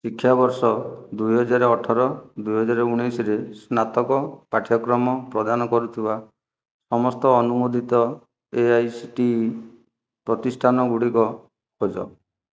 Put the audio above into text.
ଶିକ୍ଷାବର୍ଷ ଦୁଇ ହଜାର ଅଠର ଦୁଇ ହଜାର ଉଣାଇଶିରେ ସ୍ନାତକ ପାଠ୍ୟକ୍ରମ ପ୍ରଦାନ କରୁଥିବା ସମସ୍ତ ଅନୁମୋଦିତ A I C T E ପ୍ରତିଷ୍ଠାନଗୁଡ଼ିକ ଖୋଜ